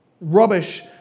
rubbish